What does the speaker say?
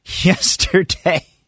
yesterday